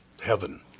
heaven